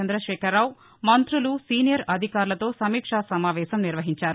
చంద్రశేఖరరావు మంత్రులు సీనియర్ అధికారులతో సమీక్ష సమావేశం నిర్వహించారు